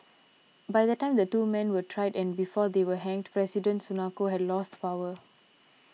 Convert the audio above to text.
by the time the two men were tried and before they were hanged President Sukarno had lost power